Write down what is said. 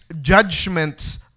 judgments